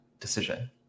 decision